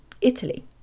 Italy